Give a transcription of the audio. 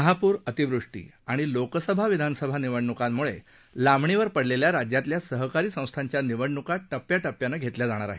महापूर अतिवृष्टी आणि लोकसभा विधानसभा निवडण्कांम्ळे लांबणीवर पडलेल्या राज्यातल्या सहकारी संस्थांच्या निवडणुका टप्याटप्यानं घेतल्या जाणार आहेत